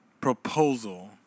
proposal